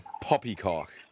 Poppycock